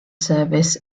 service